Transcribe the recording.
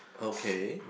okay